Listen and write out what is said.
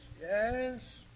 yes